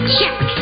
Check